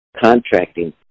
contracting